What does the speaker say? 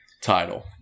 title